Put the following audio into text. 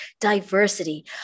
diversity